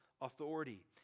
authority